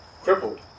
crippled